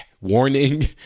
warning